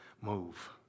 move